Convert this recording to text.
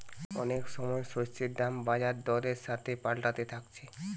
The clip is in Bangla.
অনেক সময় শস্যের দাম বাজার দরের সাথে পাল্টাতে থাকছে